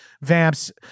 vamps